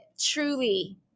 truly